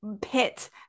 pit